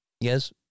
Yes